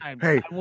Hey